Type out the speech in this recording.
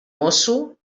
mosso